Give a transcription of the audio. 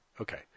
Okay